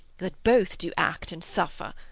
that both do act and suffer.